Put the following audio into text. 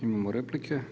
Imamo replike.